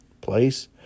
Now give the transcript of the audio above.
place